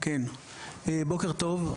בוקר טוב,